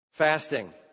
fasting